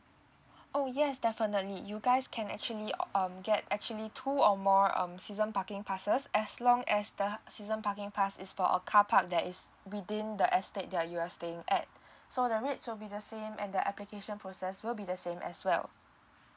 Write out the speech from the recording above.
oh yes definitely you guys can actually um get actually two or more um season parking passes as long as the season parking pass is for a carpark that is within the estate that you're staying at so the rates will be the same and the application process will be the same as well